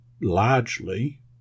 Largely